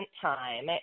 time